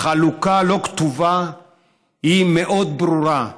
החלוקה הלא-כתובה היא מאוד ברורה: